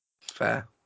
Fair